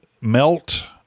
melt